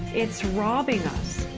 it's robbing us!